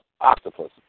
octopus